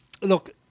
look